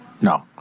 no